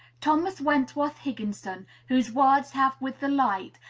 thomas wentworth higginson, whose words have with the light,